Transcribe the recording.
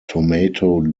tomato